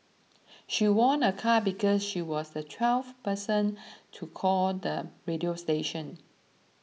she won a car because she was the twelfth person to call the radio station